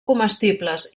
comestibles